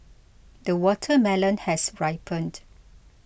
the watermelon has ripened